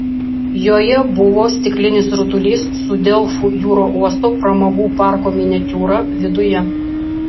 joje buvo stiklinis rutulys su delfų jūrų uosto pramogų parko miniatiūra viduje